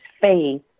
faith